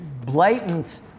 blatant